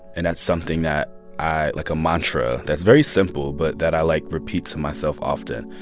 and that's something that i like, a mantra that's very simple but that i, like, repeat to myself often.